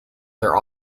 their